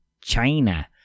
China